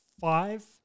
five